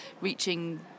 reaching